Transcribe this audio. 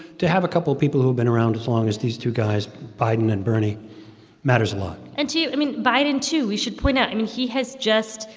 to have a couple of people who've been around as long as these two guys biden and bernie matters a lot and to i mean, biden, too, we should point out, i and mean, he has just,